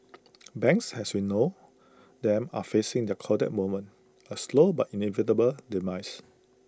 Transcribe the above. banks as we know them are facing their Kodak moment A slow but inevitable demise